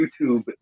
YouTube